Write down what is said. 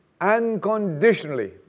unconditionally